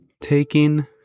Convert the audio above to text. Taking